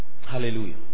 Hallelujah